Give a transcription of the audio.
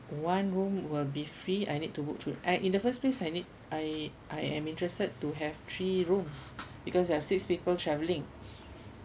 one room will be free I need to book through uh in the first place I need I I am interested to have three rooms because I have six people travelling